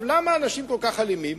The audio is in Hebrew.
למה אנשים כל כך אלימים?